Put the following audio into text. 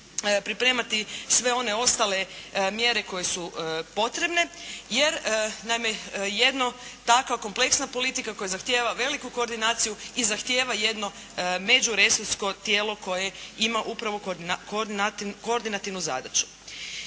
pripremati sve one ostale mjere koje su potrebne jer, naime jedna takva kompleksna politika koja zahtijeva veliku koordinaciju i zahtjeva jedno međuresorsko tijelo koje ima upravo koordinativnu zadaću.